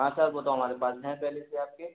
हाँ सर वो तो हमारे पास हैं पहले से आपके